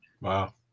wow